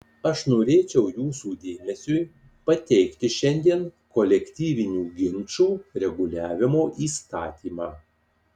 aš norėčiau jūsų dėmesiui pateikti šiandien kolektyvinių ginčų reguliavimo įstatymą